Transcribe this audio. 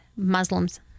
Muslims